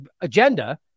agenda